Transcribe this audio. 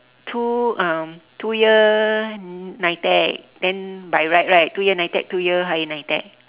two uh two year NITEC then by right right two year NITEC two year higher NITEC